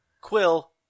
quill